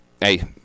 hey